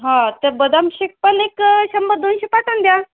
हां त्या बदाम शेक पण एक शंभर दोनशे पाठवून द्या